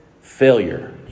failure